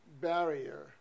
barrier